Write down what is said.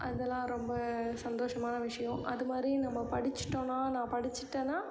அதெல்லாம் ரொம்ப சந்தோஷமான விஷயம் அது மாதிரி நம்ப படித்திட்டோன்னா நான் படித்திட்டேன்னா